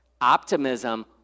Optimism